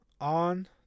on